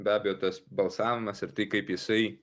be abejo tas balsavimas ir tai kaip jisai